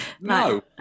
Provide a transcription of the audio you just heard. No